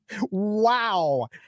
wow